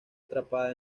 atrapada